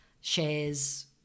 shares